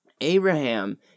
Abraham